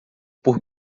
por